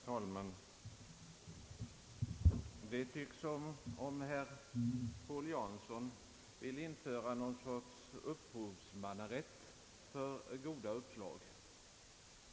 Herr talman! Det tycks som om herr Paul Jansson vill införa någon sorts upphovsmannarätt för goda uppslag.